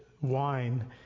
wine